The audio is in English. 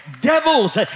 devils